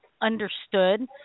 understood